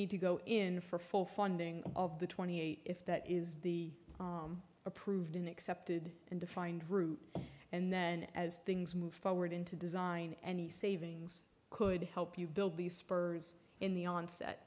need to go in for full funding of the twenty eight if that is the approved an accepted and defined route and then as things move forward into design any savings could help you build the spurs in the onset